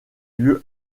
lieu